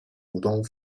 股东